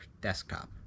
desktop